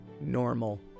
normal